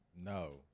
No